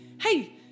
Hey